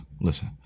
Listen